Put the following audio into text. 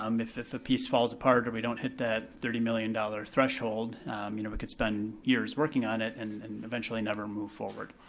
um if if a piece falls apart or we don't hit the thirty million dollars threshold, you know, we could spend years working on it and eventually never move forward.